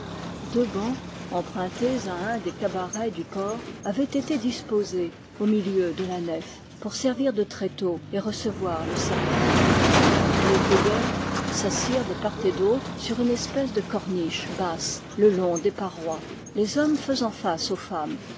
deux bancs empruntés à un des cabarets du port avaient été disposés au milieu de la nef pour servir de tréteaux et recevoir le cercueil les veilleurs s'assirent de part et d'autre sur une espèce de corniche basse le long des parois les hommes faisant face aux femmes